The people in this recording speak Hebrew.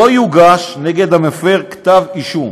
לא יוגש נגד המפר כתב אישום.